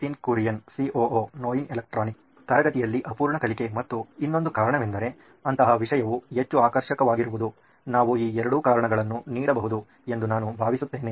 Nitin Kurian COO ನೋಯಿನ್ electronics ತರಗತಿಯಲ್ಲಿ ಅಪೂರ್ಣ ಕಲಿಕೆ ಮತ್ತು ಇನ್ನೊಂದು ಕಾರಣವೆಂದರೆ ಅಂತಹ ವಿಷಯವು ಹೆಚ್ಚು ಆಕರ್ಷಕವಾಗಿರುವುದು ನಾವು ಈ ಎರಡು ಕಾರಣಗಳನ್ನು ನೀಡಬಹುದು ಎಂದು ನಾನು ಭಾವಿಸುತ್ತೇನೆ